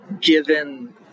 given